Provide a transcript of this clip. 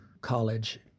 college